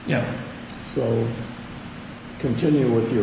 you know so continue with your